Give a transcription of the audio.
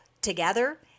together